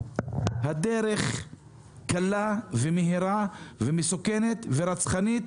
הדרך קלה ומהירה ומסוכנת ורצחנית